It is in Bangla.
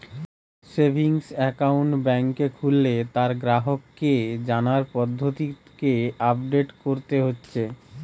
সেভিংস একাউন্ট বেংকে খুললে তার গ্রাহককে জানার পদ্ধতিকে আপডেট কোরতে হচ্ছে